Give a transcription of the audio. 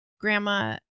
Grandma